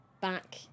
back